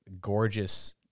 gorgeous